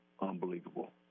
unbelievable